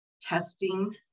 testing